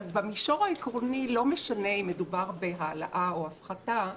אבל במישור העקרוני לא משנה אם מדובר בהעלאה או בהפחתה.